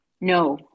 No